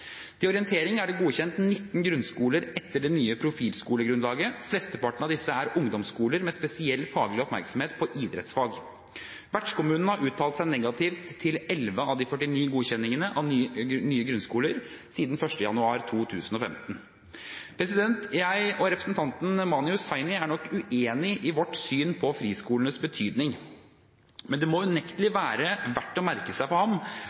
Til orientering er det godkjent 19 grunnskoler etter det nye profilskolegrunnlaget. Flesteparten av disse er ungdomsskoler med spesiell faglig oppmerksomhet på idrettsfag. Vertskommuner har siden 1. januar 2015 uttalt seg negativt til 11 av de 49 godkjenningene av nye grunnskoler. Jeg og representanten Mani Hussaini er nok uenige i vårt syn på friskolenes betydning. Men det må unektelig være verdt å merke seg for ham